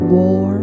War